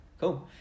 Cool